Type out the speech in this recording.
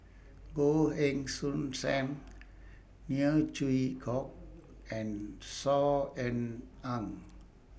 Goh Heng Soon SAM Neo Chwee Kok and Saw Ean Ang